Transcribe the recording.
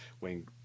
Wayne